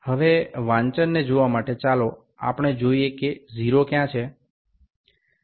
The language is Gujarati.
હવે વાંચનને જોવા માટે ચાલો આપણે જોઈએ કે 0 ક્યાં છે